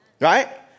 Right